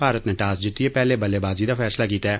भारत नै टास जित्तियै पैहले बल्लेबाजी दा फैसला कीता ऐ